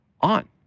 on